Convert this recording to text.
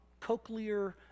cochlear